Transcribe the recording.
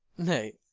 nay,